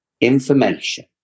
information